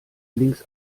links